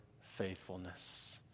faithfulness